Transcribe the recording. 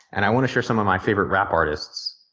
and i want to share some of my favorite rap artists.